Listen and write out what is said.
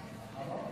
הכנסת יאסין,